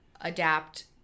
adapt